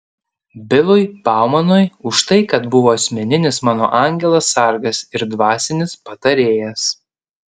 bilui baumanui už tai kad buvo asmeninis mano angelas sargas ir dvasinis patarėjas